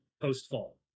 post-fall